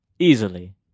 Easily